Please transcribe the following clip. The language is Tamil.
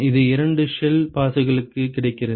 இது இரண்டு ஷெல் பாஸ்களுக்கு கிடைக்கிறது